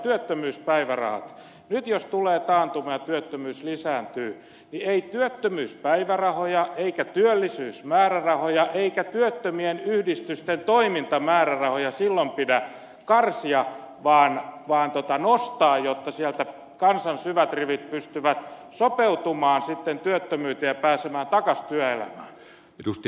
nyt jos tulee taantuma ja työttömyys lisääntyy ei työttömyyspäivärahoja eikä työllisyysmäärärahoja eikä työttömien yhdistysten toimintamäärärahoja pidä karsia vaan nostaa jotta siellä kansan syvät rivit pystyvät sopeutumaan sitten työttömyyteen ja pääsemään takaisin työelämään